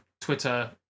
Twitter